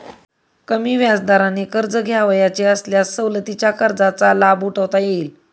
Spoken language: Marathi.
कमी व्याजदराने कर्ज घ्यावयाचे असल्यास सवलतीच्या कर्जाचा लाभ उठवता येईल